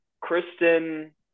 Kristen